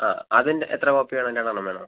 അ അതിന്റെ എത്ര കോപ്പി വേണം രണ്ടെണ്ണം വേണോ